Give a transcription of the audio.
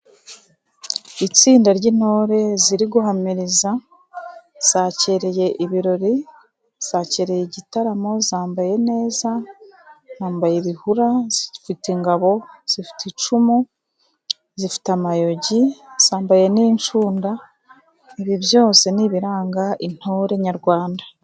Itsinda ry'intore ziri guhamiriza zakereye ibirori, zakereye igitaramo, zambaye neza , zambaye ibishura, zifite ingabo, zifite icumu, zifite amayogi, zambaye n'incunda. Ibi byose ni ibiranga intore nyarwanda.